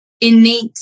innate